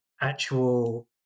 actual